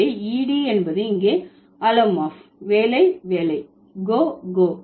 எனவே ed என்பது இங்கே அலோமார்ப் வேலை வேலை கோ கோ